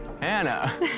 Hannah